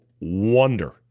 wonder